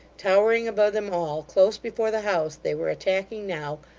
towering above them all, close before the house they were attacking now,